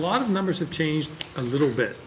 lot of numbers have changed a little bit